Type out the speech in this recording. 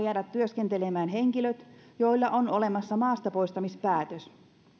jäädä työskentelemään henkilöt joilla on olemassa maastapoistamispäätös